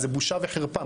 זה בושה וחרפה.